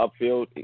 upfield